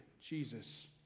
Jesus